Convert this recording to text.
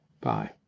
Bye